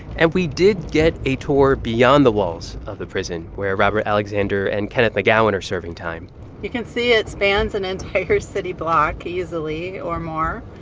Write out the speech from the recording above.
and we did get a tour beyond the walls of the prison where robert alexander and kenneth mcgowan are serving time you can see it spans an entire city block easily, or more.